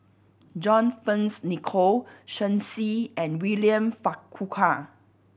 John Fearns Nicoll Shen Xi and William Farquhar